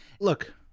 Look